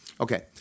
Okay